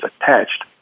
attached